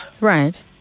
Right